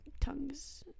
tongues